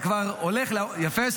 יפה,